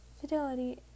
fidelity